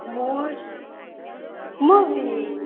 ମୁଁ ସ ମୁଁ ବି